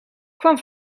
kwam